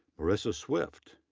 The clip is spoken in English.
marisa swift,